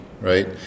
right